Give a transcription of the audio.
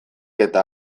eta